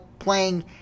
playing